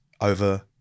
over